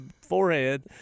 forehead